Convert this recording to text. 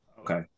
Okay